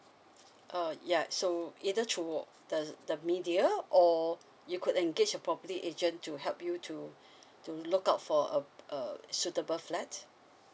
err yeah so either through the the media or you could engage a property agent to help you to to look out for a a suitable flats